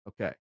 Okay